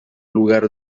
lugar